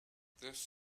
this